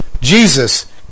Jesus